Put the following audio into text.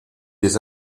des